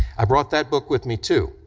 i brought that book with me, too,